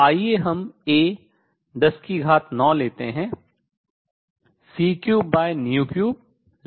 तो आइए हम A 109 लेते हैं c33 3 था